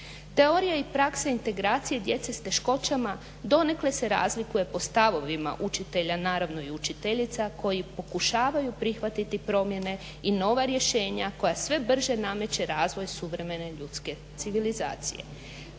Teorija i praksa integracije djece s teškoćama donekle se razlikuje po stavovima učitelja, naravno i učiteljica koji pokušavaju prihvatiti promjene i nova rješenja koja sve brže nameće razvoj suvremene ljudske civilizacije.